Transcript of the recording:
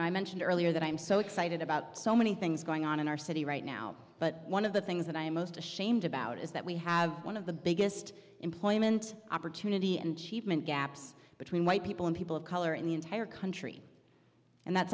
know i mentioned earlier that i'm so excited about so many things going on in our city right now but one of the things that i am most ashamed about is that we have one of the biggest employment opportunity and sheepman gaps between white people and people of color in the entire country and that's